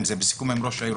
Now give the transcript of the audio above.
עם ראש העיר.